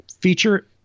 feature